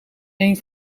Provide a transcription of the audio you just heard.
één